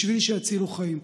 כדי שיצילו חיים.